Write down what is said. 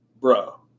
Bro